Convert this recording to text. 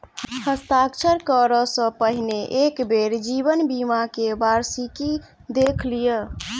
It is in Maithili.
हस्ताक्षर करअ सॅ पहिने एक बेर जीवन बीमा के वार्षिकी देख लिअ